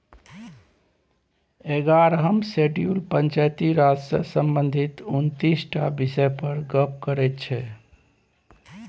एगारहम शेड्यूल पंचायती राज सँ संबंधित उनतीस टा बिषय पर गप्प करै छै